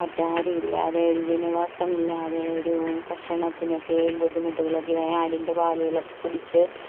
മറ്റ് ആരുമില്ലാതെ ഒരു ജനവാസമില്ലാതെ ഒരു ഭക്ഷണത്തിനൊക്കെ ബുദ്ധിമുട്ടുകളൊക്കെ ആടിൻ്റെ പാലുകളൊക്കെ കുടിച്ച്